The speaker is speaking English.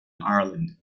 ireland